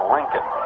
Lincoln